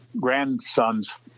grandsons